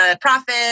profit